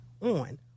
on